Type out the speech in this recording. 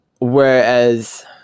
Whereas